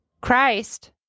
Christ